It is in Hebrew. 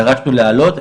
דרשנו להעלות.